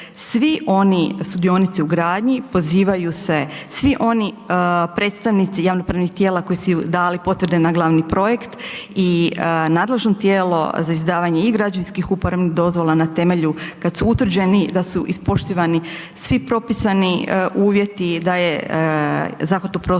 svi oni sudionici u gradnji, pozivaju se svi oni predstavnici javno upravnih tijela koji su dali potvrde na glavni projekt i nadležno tijelo za izdavanje i građevinskih uporabnih dozvola na temelju, kad su utvrđeni da su ispoštivani svi propisani uvjeti, da je …/Govornik